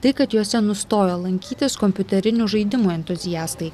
tai kad jose nustojo lankytis kompiuterinių žaidimų entuziastai